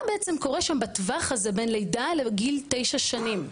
מה בעצם קורה שם בטווח הזה בין לידה לגיל תשע שנים.